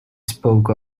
spoke